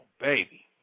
baby